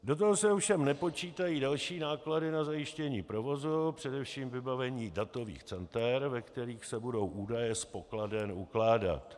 Do toho se ovšem nepočítají další náklady na zajištění provozu, především vybavení datových center, ve kterých se budou údaje z pokladen ukládat.